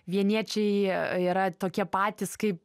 vieniečiai yra tokie patys kaip